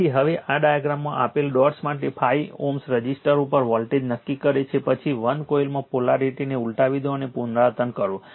તેથી હવે આ ડાયાગ્રામમાં આપેલા ડોટ્સ માટે 5 Ω રઝિસ્ટર ઉપર વોલ્ટેજ નક્કી કરે છે પછી 1 કોઇલમાં પોલારિટીને ઉલટાવી દો અને પુનરાવર્તન કરો